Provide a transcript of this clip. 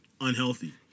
unhealthy